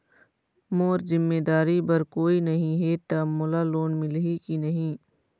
मोर जिम्मेदारी बर कोई नहीं हे त मोला लोन मिलही की नहीं?